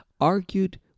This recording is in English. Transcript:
argued